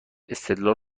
استدلال